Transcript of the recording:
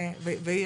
להיות